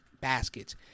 baskets